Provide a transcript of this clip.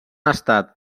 estat